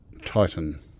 titan